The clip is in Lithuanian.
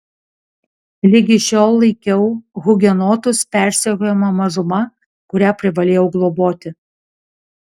ligi šiol laikiau hugenotus persekiojama mažuma kurią privalėjau globoti